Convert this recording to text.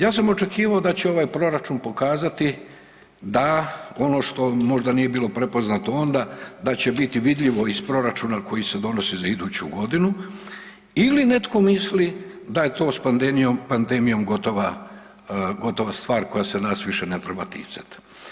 Ja sam očekivao da će ovaj proračun pokazati da ono što možda nije bilo prepoznato onda, da će biti vidljivo iz proračuna koji se donosi za iduću godinu ili netko misli da je to s pandemijom, pandemijom gotova, gotova stvar koja se nas više ne treba ticat.